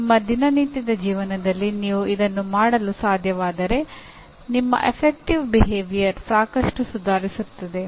ನಿಮ್ಮ ದಿನನಿತ್ಯದ ಜೀವನದಲ್ಲಿ ನೀವು ಇದನ್ನು ಮಾಡಲು ಸಾಧ್ಯವಾದರೆ ನಿಮ್ಮ ಅಫೆಕ್ಟಿವ್ ಬಿಹೇವಿಯರ್ ಸಾಕಷ್ಟು ಸುಧಾರಿಸುತ್ತದೆ